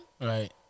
Right